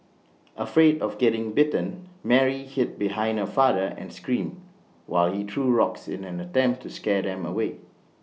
afraid of getting bitten Mary hid behind her father and screamed while he threw rocks in an attempt to scare them away